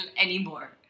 anymore